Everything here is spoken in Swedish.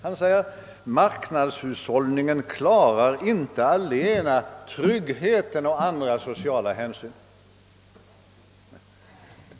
Han säger: Marknadshushållningen klarar inte allena tryggheten och andra sociala hänsyn.